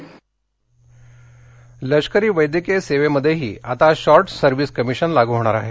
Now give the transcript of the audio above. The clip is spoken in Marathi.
विपीन परी लष्करी वैद्यकीय सेवेमध्येही आता शॉर्ट सर्व्हिस कमिशन लागू होणार आहे